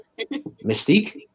Mystique